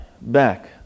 back